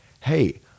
Hey